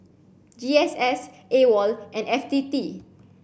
G S S AWOL and F T T